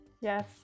Yes